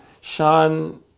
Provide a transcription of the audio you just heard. Sean